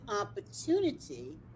opportunity